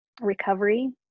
recovery